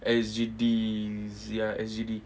S_G_D ya S_G_D